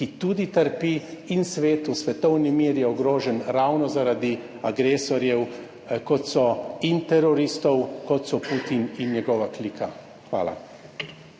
ki tudi trpi in svet, svetovni mir je ogrožen ravno zaradi agresorjev, kot so, in teroristov, kot so Putin in njegova klika. Hvala.